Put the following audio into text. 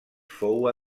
fou